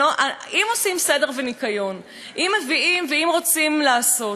אם עושים סדר וניקיון, אם מביאים ואם רוצים לעשות.